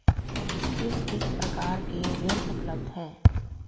किस किस प्रकार के ऋण उपलब्ध हैं?